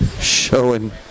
showing